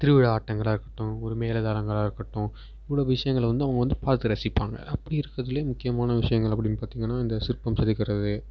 திருவிழா ஆட்டங்களாக இருக்கட்டும் ஒரு மேளதாளங்களாக இருக்கட்டும் இவ்வளோ விஷயங்கள வந்து அவங்க வந்து பார்த்து ரசிப்பாங்க அப்படி இருக்கிறதுலே முக்கியமான விஷயங்கள் அப்படின்னு பார்த்தீங்கனா இந்த சிற்பம் செதுக்கிறது